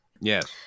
Yes